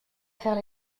faire